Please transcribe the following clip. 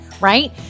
Right